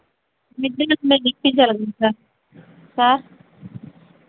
sir